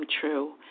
true